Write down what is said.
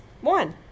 One